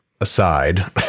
aside